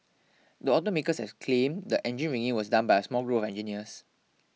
the automaker has claimed the engine rigging was done by a small group of engineers